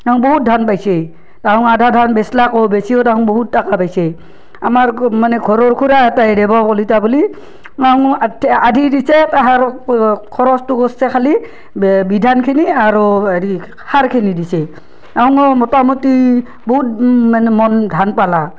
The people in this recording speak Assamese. তাহুন বহুত ধান পাইছে তাহুন আধা ধান বেচলাকো বেচিও তাহুন বহুত টাকা পাইছে আমাৰ মানে ঘৰৰ খুড়া এটাই ৰেৱ কলিতা বুলি তাহুন আধি দিছে তাহাৰো খৰচটো কৰছে খালি বিধানখিনি আৰো হেৰি সাৰখিনি দিছে তাহুনো মোটামুটি বহুত মানে মোন ধান পালা